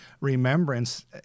remembrance